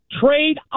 trade